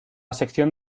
sección